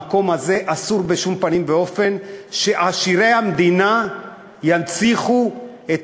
במקום הזה אסור בשום פנים ואופן שעשירי המדינה ינציחו את